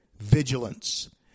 vigilance